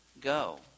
go